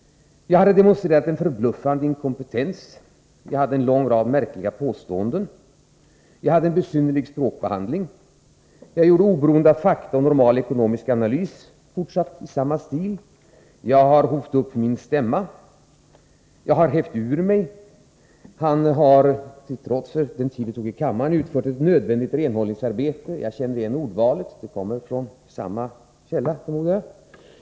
Jag hade demonstrerat en förbluffande inkompetens, jag hade en lång rad märkliga påståenden, jag hade en besynnerlig språkbehandling, och oberoende av fakta och normal ekonomisk analys hade jag fortsatt i samma stil. Vidare har jag upphävt min stämma, och jag har hävt ur mig. Han har, trots den tid det tog i kammaren, utfört ett nödvändigt renhållningsarbete. Jag känner igen ordvalet — det kommer, förmodar jag, från samma källa.